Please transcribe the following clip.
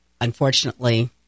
unfortunately